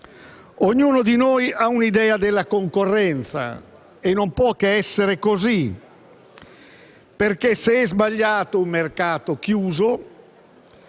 Ognuno di noi ha un'idea della concorrenza e non può che essere così, perché se è sbagliato un mercato chiuso,